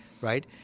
Right